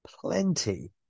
plenty